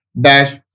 dash